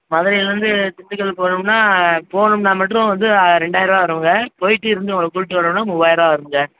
மதுரையிலிருந்து திண்டுக்கல் போகணும்னா போகணும்னா மட்டும் இது ரெண்டாயிர ரூவா வருங்க போய்விட்டு இருந்து உங்களை கூட்டிகிட்டு வரணும்னா மூவாயிர ரூவா வருங்க